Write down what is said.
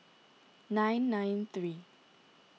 nine nine three